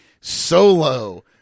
Solo